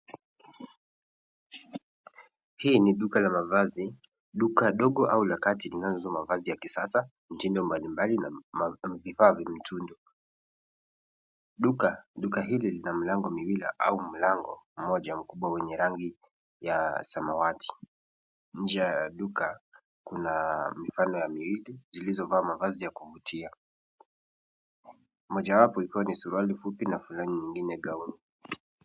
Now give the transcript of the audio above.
Hii ni duka la mavazi, duka dogo au la kati linazo uza mavazi ya kisasa, mtindo mbalimbali na vifaa vya mtindo. Duka ,duka hili lina mlango mmoja mkubwa wenye rangi ya samawati. Nje ya duka kuna mifano ya miwili zilizovaa mavazi ya kuvutia mojawapo ikiwa ni suruali fupi na fulani nyingine gauni.